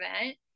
event